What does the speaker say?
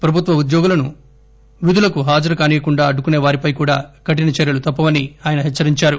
ప్రభుత్వ ఉద్యోగులను విధులకు హాజరు కానీయకుండా అడ్డుకునే వారిపై కూడా కఠిన చర్యలు తప్పవని ఆయన హెచ్చరించారు